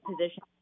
position